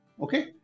Okay